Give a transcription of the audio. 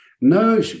no